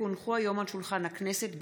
כי הונחו היום על שולחן הכנסת,